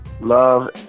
love